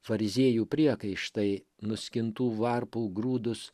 fariziejų priekaištai nuskintų varpų grūdus